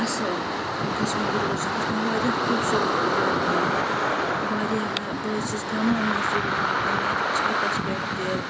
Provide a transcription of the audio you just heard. اصل گٔژھ مےٚ یہِ روزٕنۍ یہِ گَژھِ مےٚ واریاہ خوٗبصورت یہِ پارَک بَنٕنۍ واریاہ مےٚ بہٕ حظ چھس گَملَن منٛز تہِ رُوان پَننہِ چَھتَس پٮ۪ٹھ تہِ